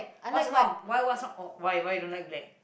what's wrong why what's wrong oh why why you don't like black